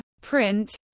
print